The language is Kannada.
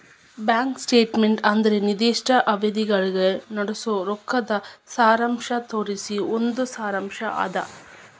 ಬ್ಯಾಂಕ್ ಸ್ಟೇಟ್ಮೆಂಟ್ ಅಂದ್ರ ನಿರ್ದಿಷ್ಟ ಅವಧಿಯೊಳಗ ನಡಸೋ ರೊಕ್ಕದ್ ಸಾರಾಂಶ ತೋರಿಸೊ ಒಂದ್ ಸಾರಾಂಶ್ ಅದ